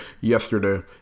yesterday